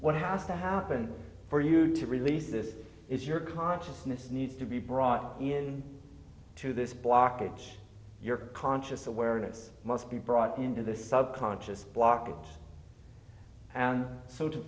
what has to happen for you to release this is your consciousness need to be brought in to this blockage your conscious awareness must be brought into the sub conscious block and and so